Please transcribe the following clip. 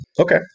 okay